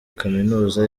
kaminuza